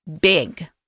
big